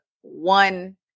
one